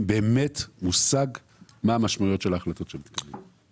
באמת מושג מה המשמעויות של ההחלטות שלהם.